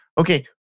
okay